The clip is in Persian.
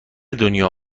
دنیا